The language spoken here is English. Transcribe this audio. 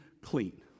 clean